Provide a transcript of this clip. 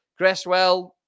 Gresswell